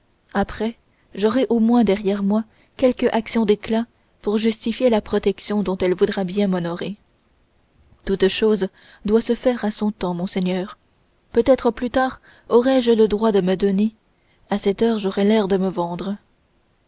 après j'aurai au moins derrière moi quelque action d'éclat pour justifier la protection dont elle voudra bien m'honorer toute chose doit se faire à son temps monseigneur peut-être plus tard aurai-je le droit de me donner à cette heure j'aurais l'air de me vendre